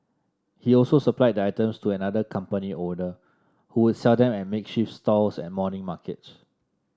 he also supplied the items to another company owner who would sell them at makeshift stalls at morning markets